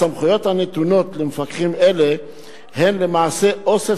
הסמכויות הנתונות למפקחים אלה הן למעשה אוסף